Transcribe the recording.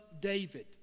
David